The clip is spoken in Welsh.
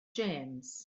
james